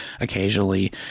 occasionally